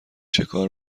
چیکار